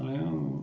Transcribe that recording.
అలాగే